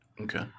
Okay